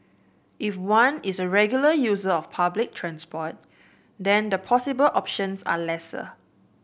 if one is a regular user of public transport then the possible options are lesser